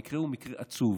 המקרה הוא מקרה עצוב.